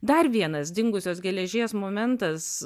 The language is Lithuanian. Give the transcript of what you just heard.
dar vienas dingusios geležies momentas